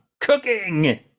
cooking